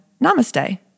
namaste